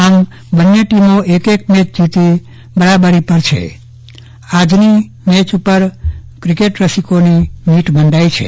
આમ બંને ટીમો એક એક મેચ જીતી બરાબરી પર છે ત્યારે આજની મેચ પર ક્રિકેટ રસીકોનીઓ મિટ મંડાઈ છે